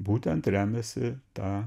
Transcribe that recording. būtent remiasi ta